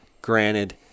Granted